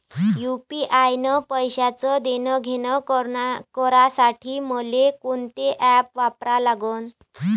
UPI न पैशाचं देणंघेणं करासाठी मले कोनते ॲप वापरा लागन?